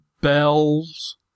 bells